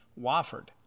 Wofford